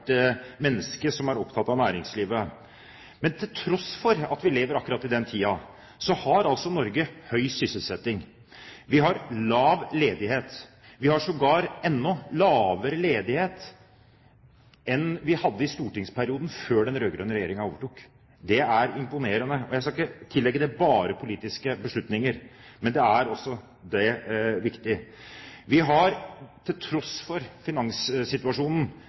preger ethvert menneske som er opptatt av næringslivet. Men til tross for at vi lever akkurat i den tiden, har altså Norge høy sysselsetting. Vi har lav ledighet – vi har sågar enda lavere ledighet enn vi hadde i stortingsperioden før den rød-grønne regjeringen overtok. Det er imponerende! Jeg skal ikke tillegge det bare politiske beslutninger, men det er også viktig. Vi har, til tross for finanssituasjonen,